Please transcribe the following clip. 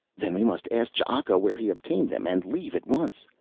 then we must ask ch'aka where he obtained them and leave at once.